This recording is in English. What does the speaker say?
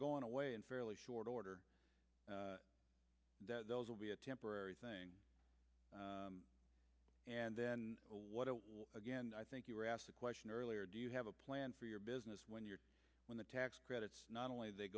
going away in fairly short order that will be a temporary thing and then what again i think you were asked a question earlier do you have a plan for your business when you're when the tax credits not only they